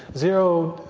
zero,